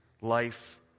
life